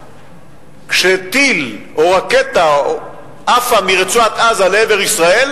כשטיל או רקטה עפים מרצועת-עזה לעבר ישראל.